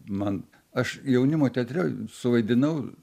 man aš jaunimo teatre suvaidinau